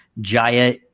Jaya